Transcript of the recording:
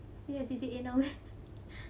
still have C_C_A now